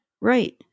Right